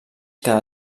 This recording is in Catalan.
cada